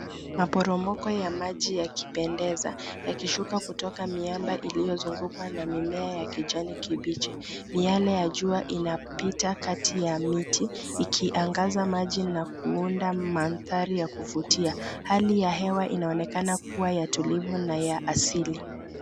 Maporomoko ya maji yakipendeza, yakishuka kutoka miamba iliyozungukwa na mimea ya kijani kibichi. Miale ya jua inapita kati ya miti, ikiangaza maji na kuunda mandahri ya kuvutia. Hali ya hewa inaonekana kuwa ya tulivu na ya asili.